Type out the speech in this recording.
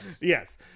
Yes